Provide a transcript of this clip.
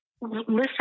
listen